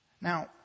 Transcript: Now